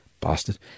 Bastard